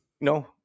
No